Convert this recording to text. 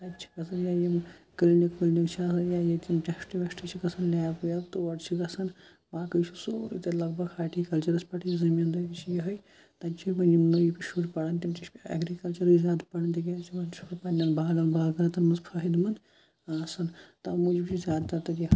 تَتہِ چھِ گژھان یِہٕے یِم کٕلنِک وٕلنِک چھِ آسان یا ییٚتہِ یِم ٹٮ۪سٹہٕ وٮ۪سٹہٕ چھِ گژھان لیب ویب تور چھِ گژھان باقٕے چھِ سورُے تَتہِ لگ بگ ہاٹیٖکَلچَرَس پٮ۪ٹھٕے زٔمیٖندٲری چھِ یِہٕے تَتہِ چھِ وۄنۍ یِم نٔے شُرۍ پَران تِم تہِ چھِ وۄنۍ اٮ۪گرِکَلچرٕے زیادٕ پَران تِکیٛازِ تِمَن چھُ پنٛنٮ۪ن باغَن باغاتَن منٛز فٲہِدٕ منٛد آسان توٕ موٗجوٗب چھِ زیادٕ تَر تَتہِ یہِ